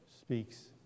speaks